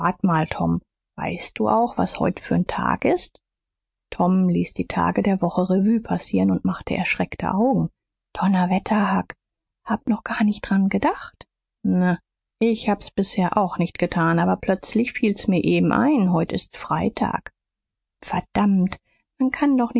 tom weißt du auch was heut für n tag ist tom ließ die tage der woche revue passieren und machte erschreckte augen donnerwetter huck hab noch gar nicht dran dacht na ich hab's bisher auch nicht getan aber plötzlich fiel's mir eben ein heut ist freitag verdammt man kann doch